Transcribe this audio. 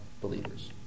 believers